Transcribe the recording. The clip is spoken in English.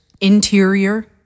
Interior